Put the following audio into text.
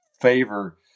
favor